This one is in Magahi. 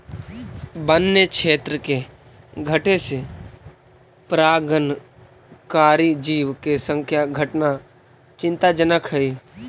वन्य क्षेत्र के घटे से परागणकारी जीव के संख्या घटना चिंताजनक हइ